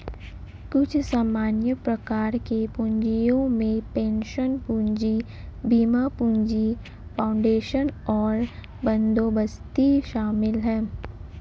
कुछ सामान्य प्रकार के पूँजियो में पेंशन पूंजी, बीमा पूंजी, फाउंडेशन और बंदोबस्ती शामिल हैं